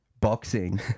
boxing